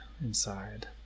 inside